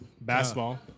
basketball